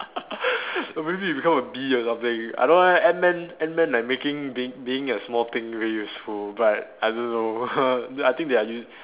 maybe you become a bee or something I don't know eh ant man ant man like making being being a small thing really useful but I don't know I think they are use